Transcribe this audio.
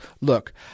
look